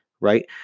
right